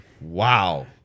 Wow